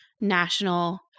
national